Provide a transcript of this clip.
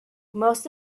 most